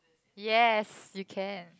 yes you can